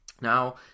Now